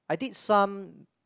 I did some